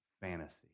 fantasy